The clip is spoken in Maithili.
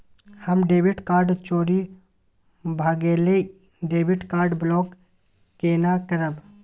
हमर डेबिट कार्ड चोरी भगेलै डेबिट कार्ड ब्लॉक केना करब?